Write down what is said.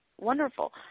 wonderful